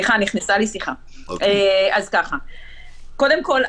קודם כול,